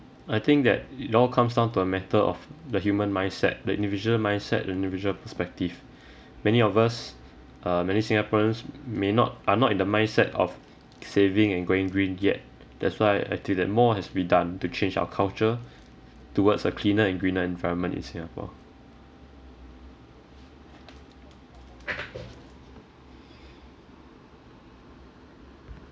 I think that it it all comes down to a matter of the human mindset the individual mindset the individual perspective many of us uh many singaporeans may not are not in the mindset of saving and going green yet that's why I think that more has to be done to change our culture towards a cleaner and greener environment in singapore